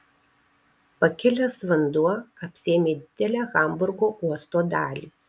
pakilęs vanduo apsėmė didelę hamburgo uosto dalį